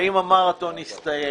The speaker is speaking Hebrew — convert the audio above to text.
האם המרתון הסתיים.